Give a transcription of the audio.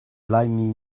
laimi